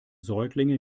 säuglinge